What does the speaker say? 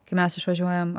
kai mes išvažiuojam